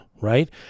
right